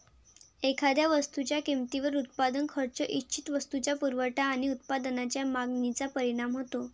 एखाद्या वस्तूच्या किमतीवर उत्पादन खर्च, इच्छित वस्तूचा पुरवठा आणि उत्पादनाच्या मागणीचा परिणाम होतो